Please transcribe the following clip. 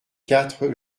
quatre